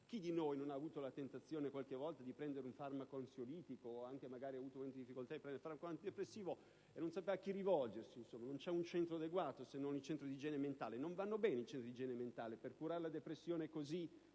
Chi di noi non ha avuto la tentazione qualche volta di prendere un farmaco ansiolitico, o magari ha avuto momenti di difficoltà e prende un farmaco antidepressivo? Non sapeva a chi rivolgersi, non c'è un centro adeguato se non il centro d'igiene mentale. Non vanno bene i centri d'igiene mentale per curare la depressione così